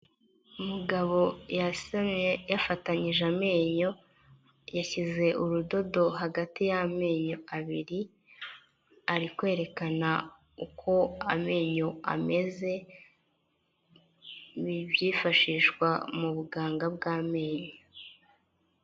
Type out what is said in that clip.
Umugabo yasamye yafatanyije amenyo, yashyize urudodo hagati y'amenyo abiri, ari kwerekana uko amenyo ameze, ni ibyifashishwa mu buganga bw'amenyo.